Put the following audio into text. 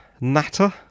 natter